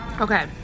Okay